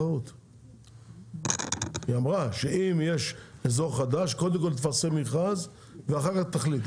היא אמרה שאם יש אזור חדש קודם כל תפרסם מכרז ואחר כך תחליט.